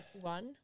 one